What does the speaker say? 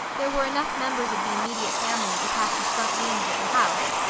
there were enough members of the immediate family to pack the front rooms of the house,